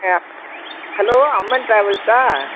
ஆ hello Amman ட்ராவல்ஸா